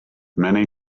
many